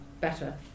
better